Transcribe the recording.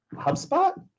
HubSpot